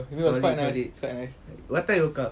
what time you woke up